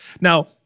Now